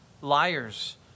liars